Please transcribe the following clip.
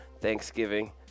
Thanksgiving